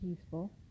peaceful